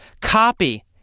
copy